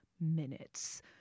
minutes